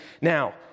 Now